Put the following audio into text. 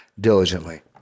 diligently